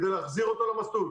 כדי להחזיר אותו למסלול.